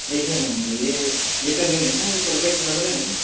देखिए मैम यह यह तो लेंगे न यह परफेक्ट लग रहें हैं न